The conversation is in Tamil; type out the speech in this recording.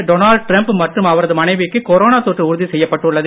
டொனால்ட் டிரம்ப் மற்றும் அவரது மனைவிக்கு கொரோனா தொற்று உறுதி செய்யப்பட்டுள்ளது